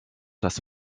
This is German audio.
das